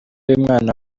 y’umwana